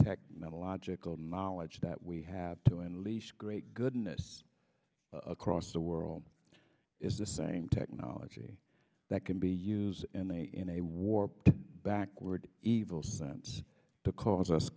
technological knowledge that we have to unleash great goodness across the world is the same technology that can be used in a in a warped backward evil sense to cause us